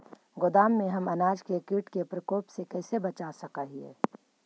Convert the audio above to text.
गोदाम में हम अनाज के किट के प्रकोप से कैसे बचा सक हिय?